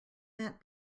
that